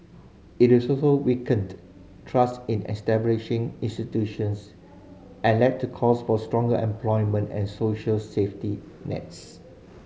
it is also weakened trust in establishing institutions and led to calls for stronger employment and social safety nets